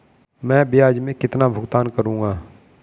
मैं ब्याज में कितना भुगतान करूंगा?